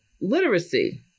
literacy